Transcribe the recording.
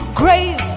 grave